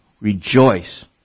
rejoice